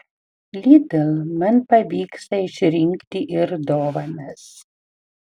lidl man pavyksta išrinkti ir dovanas